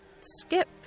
skip